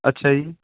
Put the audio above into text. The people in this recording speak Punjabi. ਅੱਛਾ ਜੀ